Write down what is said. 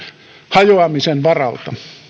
hajoamisen varalta